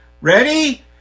Ready